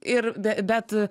ir be bet